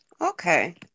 Okay